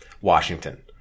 Washington